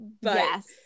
yes